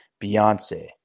Beyonce